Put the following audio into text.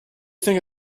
think